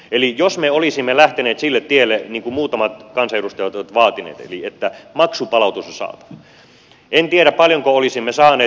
eli jos me olisimme lähteneet sille tielle niin kuin muutamat kansanedustajat ovat vaatineet että maksupalautus on saatava en tiedä paljonko olisimme saaneet